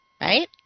right